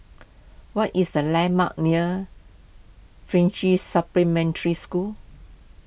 what is the landmarks near French Supplementary School